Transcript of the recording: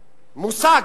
המושג,